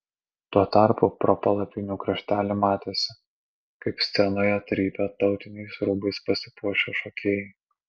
tuo tarpu pro palapinių kraštelį matėsi kaip scenoje trypia tautiniais rūbais pasipuošę šokėjai